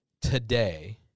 Today